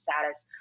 status